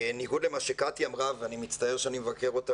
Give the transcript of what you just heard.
בניגוד למה שקטי אמרה ואני מצטער שאני מבקר אותה